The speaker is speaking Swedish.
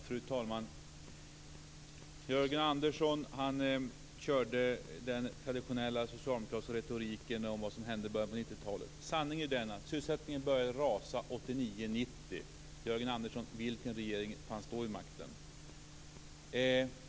Fru talman! Jörgen Andersson använde den traditionella socialdemokratiska retoriken om vad som hände i början av 90-talet. Sanningen är den att sysselsättningen började rasa 1989-1990. Jörgen Andersson! Vilken regering satt då vid makten?